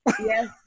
yes